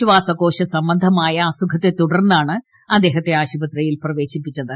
ശ്വാസകോശ സംബ്ദ്ധമായ അസുഖത്തെ തുടർന്നാണ് അദ്ദേഹത്തെ ആശുപത്രിയിൽ പ്രവേശിപ്പിച്ചത്